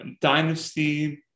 Dynasty